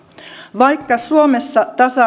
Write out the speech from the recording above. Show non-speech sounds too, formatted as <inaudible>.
vaikka suomessa tasa <unintelligible>